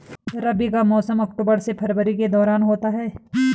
रबी का मौसम अक्टूबर से फरवरी के दौरान होता है